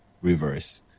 reverse